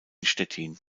stettin